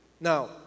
Now